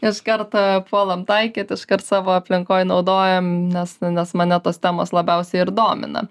iš karto puolam taikyt iškart savo aplinkoj naudojam nes nes mane tos temos labiausiai ir domina